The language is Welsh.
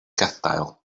gadael